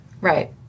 Right